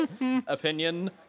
opinion